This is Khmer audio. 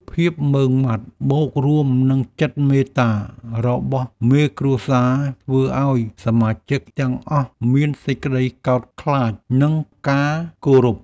ភាពម៉ឺងម៉ាត់បូករួមនឹងចិត្តមេត្តារបស់មេគ្រួសារធ្វើឱ្យសមាជិកទាំងអស់មានសេចក្តីកោតខ្លាច និងការគោរព។